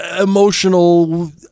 emotional